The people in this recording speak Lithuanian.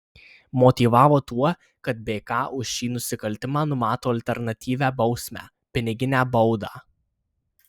motyvavo tuo kad bk už šį nusikaltimą numato alternatyvią bausmę piniginę baudą